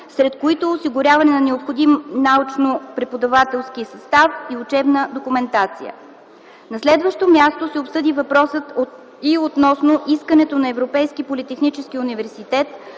сред които осигуряване на необходимия научно-преподавателски състав и учебна документация. На следващо място, се обсъди въпросът и относно искането на Европейски политехнически университет